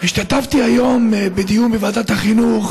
השתתפתי היום בדיון בוועדת החינוך